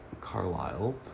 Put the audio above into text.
Carlisle